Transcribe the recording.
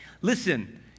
listen